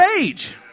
age